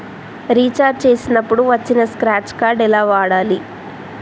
Recharge చేసినప్పుడు వచ్చిన scratch card ఎలా వాడాలి?